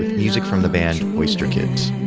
music from the band oyster kids